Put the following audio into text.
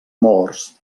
morts